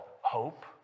hope